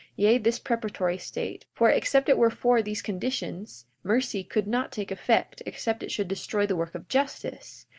yea, this preparatory state for except it were for these conditions, mercy could not take effect except it should destroy the work of justice.